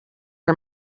our